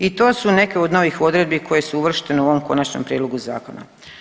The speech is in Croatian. I to su neke od novih odredbi koje su uvrštene u ovom konačnom prijedlogu zakona.